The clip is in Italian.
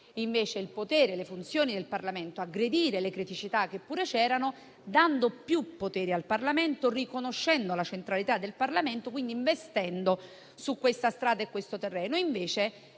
invece, il potere e le funzioni del Parlamento, aggredire le criticità che pure c'erano, dando maggiori poteri al Parlamento, riconoscendone la centralità, quindi investendo su questa strada e su questo terreno.